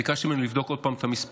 ביקשתי ממנו לבדוק עוד פעם את המספרים.